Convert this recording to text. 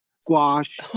squash